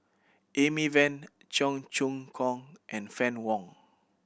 Amy Van Cheong Choong Kong and Fann Wong